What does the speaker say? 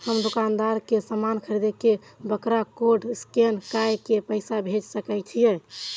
हम दुकानदार के समान खरीद के वकरा कोड स्कैन काय के पैसा भेज सके छिए?